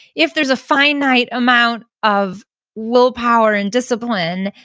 if there's a finite amount of willpower and discipline,